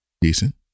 Decent